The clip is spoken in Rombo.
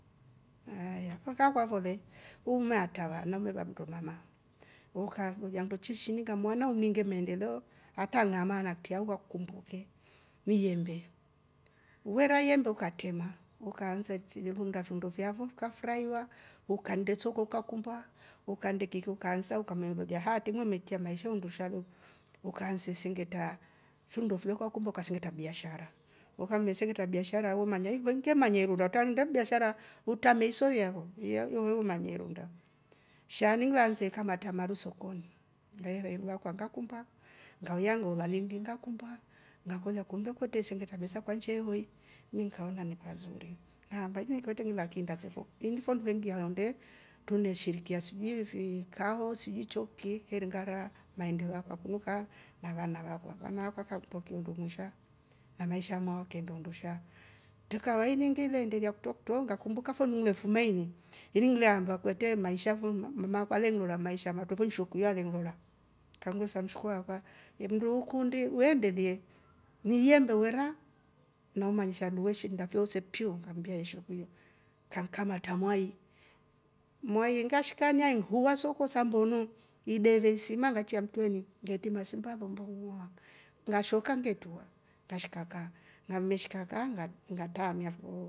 Aya kuka kwa vole umatava na mmemava mkor mama uka ugando chishiniga mwana uminge mmnende loo akal laamana tia ugwa kum he miyehembe weraie ndukatema ukannze tchidunda ndafo fyondofyavo tukafurahiwa ukande soko kakumba ukande keki ukaanza ukamnelolya hatimwe metia maisha undushale ukaanze sengeta findo fyokwa kumbe ukasene tabiashara. ukamesere tabiashara umu manyai wenkie manyairura tandam biashara utamesoiya yavo yo uyuyu manyerunda. shani nganze kamata marusokom ngaiwawa kwa kakumba ngaya ngola lingim kakumba na kulakundo kwete sindika mesa kwancheiwe ninka ona ni pazuri na pajunkwete nila kinda sefo nimfo mvengia aande tumeshirikia asubui vii kao sijui choke heringara mwaenda wakwa kwa kunuka malanarkwa wana akwaka pokea ndungusha na maisha maoke ndoundusha. tika wainingile ndelia kutoktok ngakumba femu ime umefumaini inglia mbakwe te maisha fo numakarwe rilola la maisha moutove ishok yua alinlola kangu sam suchkwava inguo nkundi we ndelie ni yendu wera na umanisha lweshe ndaviose pwi ngambia aishe puyo kamkamata mwai. mwai ngashka nyai huwa soko sambuno ibevesima ngachia mtweni ngete masimba vombo ungua na shoka ngetuo na shkaka na mmeshkaka ngat- ngatamia